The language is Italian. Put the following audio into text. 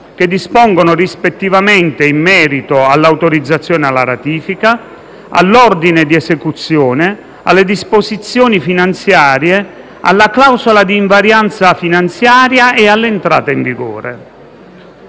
che dispongono rispettivamente in merito all'autorizzazione alla ratifica, all'ordine di esecuzione, alle disposizioni finanziarie, alla clausola di invarianza finanziaria e all'entrata in vigore.